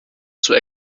zur